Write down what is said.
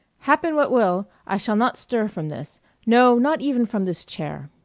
happen what will, i shall not stir from this no, not even from this chair.